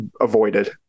avoided